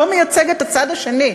לא מייצג את הצד השני,